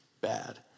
bad